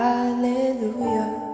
Hallelujah